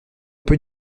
peut